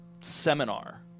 seminar